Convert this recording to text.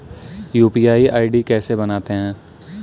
UPI ID कैसे बनाते हैं?